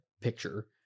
picture